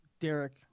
Derek